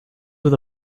with